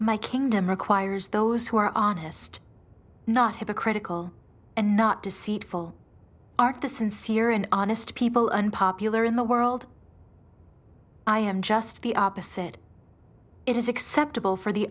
my kingdom requires those who are honest not hypocritical and not deceitful are the sincere and honest people unpopular in the world i am just the opposite it is acceptable for the